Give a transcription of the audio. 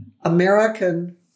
American